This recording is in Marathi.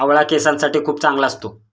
आवळा केसांसाठी खूप चांगला असतो